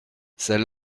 celle